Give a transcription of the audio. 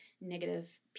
negative